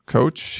Coach